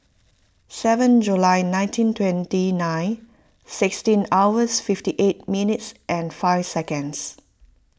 seven July nineteen twenty nine sixteen hours fifty eight minutes and five seconds